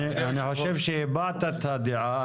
חושב שהעברת את הדעה.